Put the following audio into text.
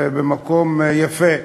במקום יפה.